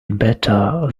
better